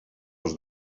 els